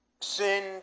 sin